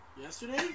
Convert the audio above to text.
Yesterday